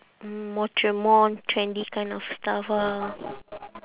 more tre~ more trendy kind of stuff ah